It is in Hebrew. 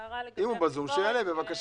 הערה --- אם הוא בזום שיעלה בבקשה.